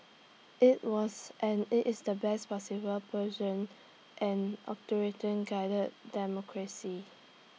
IT was and IT is the best possible version an guided democracy